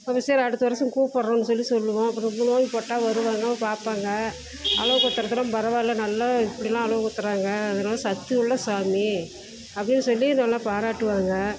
அப்போ சரி அடுத்த வருஷம் கூப்புட்றோம்னு சொல்லி சொல்வோம் அப்புறம் நோம்பு போட்டால் வருவாங்க பார்ப்பாங்க அலகு குத்துகிறதெல்லாம் பரவாயில்ல நல்லா இப்படிலாம் அலகு குத்துகிறாங்க அது நல்லா சத்தி உள்ள சாமி அப்படின்னு சொல்லி நல்லா பாராட்டுவாங்க